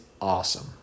awesome